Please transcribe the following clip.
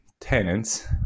tenants